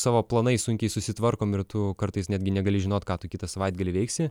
savo planais sunkiai susitvarkom ir tu kartais netgi negali žinot ką tu kitą savaitgalį veiksi